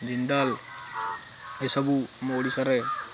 ଜିନ୍ଦଲ୍ ଏସବୁ ଆମ ଓଡ଼ିଶାରେ